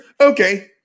Okay